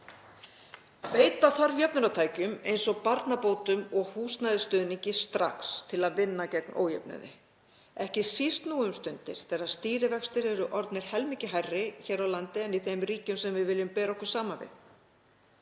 Beita þarf jöfnunartækjum eins og barnabótum og húsnæðisstuðningi strax til að vinna gegn ójöfnuði, ekki síst nú um stundir þegar stýrivextir eru orðnir helmingi hærri hér á landi en í þeim ríkjum sem við viljum bera okkur saman við.